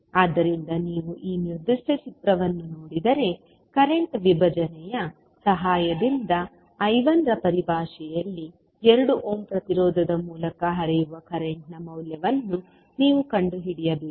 ಆದ್ದರಿಂದ ನೀವು ಈ ನಿರ್ದಿಷ್ಟ ಚಿತ್ರವನ್ನು ನೋಡಿದರೆ ಕರೆಂಟ್ ವಿಭಜನೆಯ ಸಹಾಯದಿಂದ I1 ರ ಪರಿಭಾಷೆಯಲ್ಲಿ 2 ಓಮ್ ಪ್ರತಿರೋಧದ ಮೂಲಕ ಹರಿಯುವ ಕರೆಂಟ್ನ ಮೌಲ್ಯವನ್ನು ನೀವು ಕಂಡುಹಿಡಿಯಬೇಕು